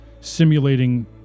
simulating